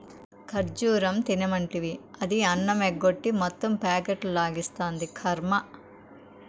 ఖజ్జూరం తినమంటివి, అది అన్నమెగ్గొట్టి మొత్తం ప్యాకెట్లు లాగిస్తాంది, కర్మ